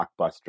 blockbuster